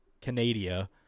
Canada